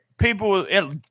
People